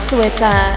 Twitter